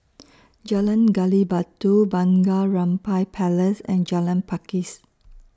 Jalan Gali Batu Bunga Rampai Place and Jalan Pakis